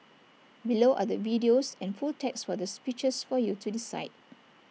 below are the videos and full text for the speeches for you to decide